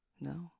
No